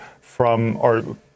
from—or